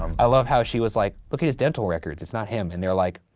i love how she was like, look at his dental records, it's not him. and they're like,